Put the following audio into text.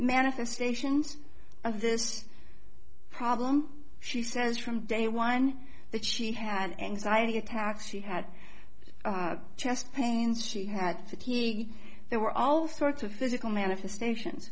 manifestations of this problem she says from day one that she had anxiety attacks she had chest pains she had that he there were all sorts of physical manifestation